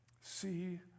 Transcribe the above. see